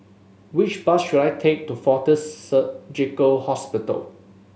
which bus should I take to Fortis Surgical Hospital